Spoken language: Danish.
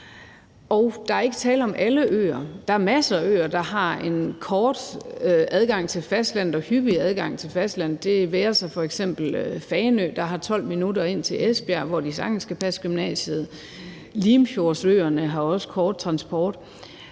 Der er ikke tale om alle øer, for der er masser af øer, der har en nem adgang med hyppige afgange til fastlandet. Det kunne f.eks. være Fanø, der har 12 minutter ind til Esbjerg, hvor gymnasiet sagtens kan passes. Limfjordsøerne har også kort transporttid.